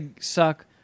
suck